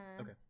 Okay